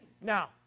Now